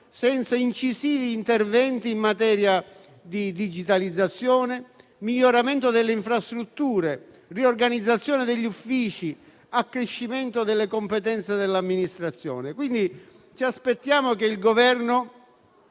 senza incisivi interventi in materia di digitalizzazione, miglioramento delle infrastrutture, riorganizzazione degli uffici, accrescimento delle competenze dell'amministrazione. Ci aspettiamo che il Governo